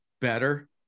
better